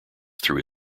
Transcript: through